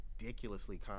ridiculously